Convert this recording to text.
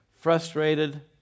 frustrated